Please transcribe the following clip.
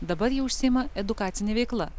dabar ji užsiima edukacine veikla